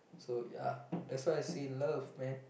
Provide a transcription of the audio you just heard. so ya that's why I still in love man